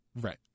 Right